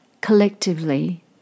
collectively